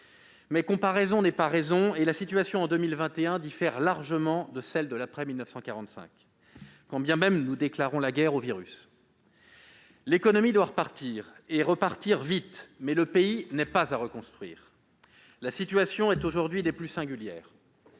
Mais comparaison n'est pas raison, et la situation en 2021 diffère largement de celle de l'après-1945, quand bien même nous déclarons la guerre au virus. L'économie doit repartir, et repartir vite, mais le pays n'est pas à reconstruire. La situation est aujourd'hui des plus singulières